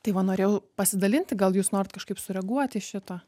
tai va norėjau pasidalinti gal jūs norit kažkaip sureaguot į šitą